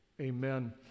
Amen